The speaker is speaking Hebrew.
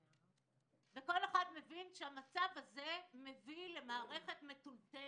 מבין שהמצב הזה מביא למערכת מטולטלת,